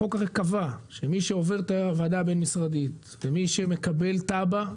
החוק הרי קבע שמי שעובר את הוועדה הבין-המשרדית ומי שמקבל תב"ע,